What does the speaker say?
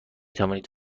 توانید